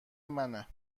منه